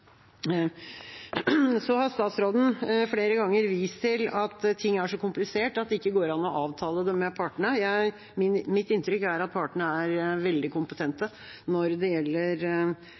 har flere ganger vist til at ting er så kompliserte at det ikke går an å avtale det med partene. Mitt inntrykk er at partene er veldig kompetente når det gjelder